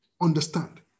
understand